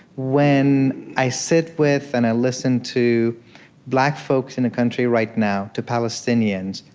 when i sit with and i listen to black folks in the country right now, to palestinians,